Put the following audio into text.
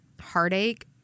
heartache